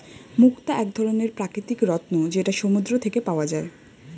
মুক্তা এক ধরনের প্রাকৃতিক রত্ন যেটা সমুদ্র থেকে পাওয়া যায়